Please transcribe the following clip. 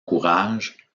courage